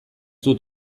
dut